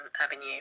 avenue